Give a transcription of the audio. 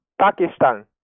Pakistan